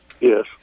Yes